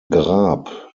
grab